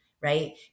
right